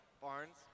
Barnes